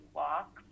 walk